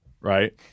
right